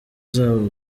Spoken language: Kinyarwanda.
zabo